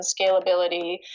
scalability